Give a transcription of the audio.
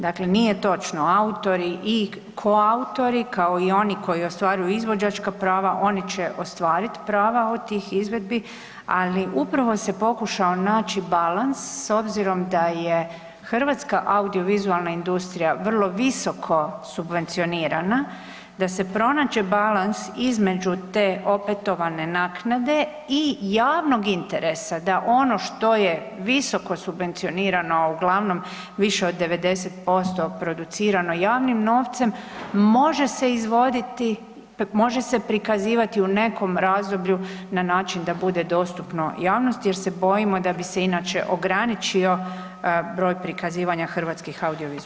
Dakle, nije točno autori i koautori kao i oni koji ostvaruju izvođačka prava oni će ostvarit prava od tih izvedbi, ali upravo se pokušao naći balans s obzirom da je hrvatska audiovizualna industrija vrlo visoko subvencionirana, da se pronađe balans između te opetovane naknade i javnog interesa da ono što je visoko subvencionirano uglavnom više od 90% producirano javnim novcem, može se izvoditi, može se prikazivati u nekom razdoblju na način da bude dostupno javnosti jer se bojimo da bi se inače ograničio broj prikazivanja hrvatskih audiovizualnih djela.